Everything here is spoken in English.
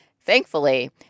Thankfully